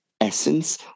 essence